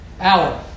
Hour